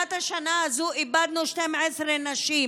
מתחילת השנה הזו איבדנו 12 נשים.